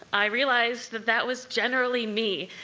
i realized that that was generally me,